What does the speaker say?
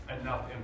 enough